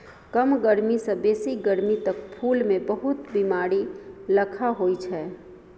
कम गरमी सँ बेसी गरमी तक फुल मे बहुत बेमारी लखा होइ छै